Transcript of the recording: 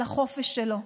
על החופש שלו,